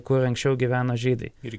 kur anksčiau gyveno žydai ir